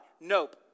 Nope